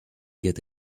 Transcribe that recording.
get